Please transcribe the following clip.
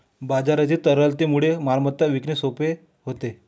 बाजारातील तरलतेमुळे मालमत्ता विकणे सोपे होते